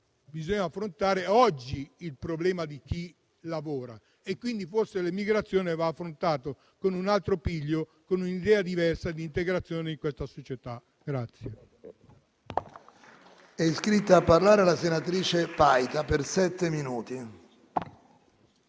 bisogna affrontare oggi il problema di chi lavora, quindi forse l'immigrazione va affrontata con un altro piglio e con un'idea diversa di integrazione in questa società. PRESIDENTE. È iscritta a parlare la senatrice Paita. Ne ha facoltà.